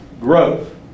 growth